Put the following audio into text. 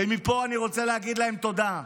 ומפה אני רוצה להגיד להם תודה.